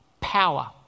power